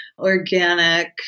organic